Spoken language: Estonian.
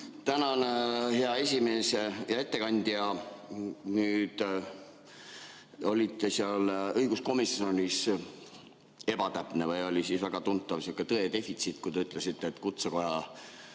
Tänan, hea esimees! Hea ettekandja! Te olite seal õiguskomisjonis ebatäpne või oli sihuke väga tuntav tõe defitsiit, kui te ütlesite, et kutsekoja